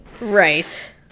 Right